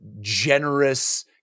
generous